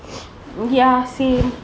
we are same